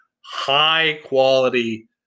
high-quality